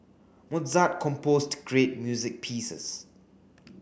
Mozart composed great music pieces